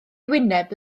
wyneb